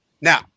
Now